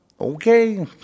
Okay